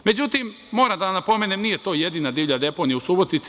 Međutim, moram da vam napomenem, nije to jedina divlja deponija u Subotici.